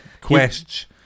Quest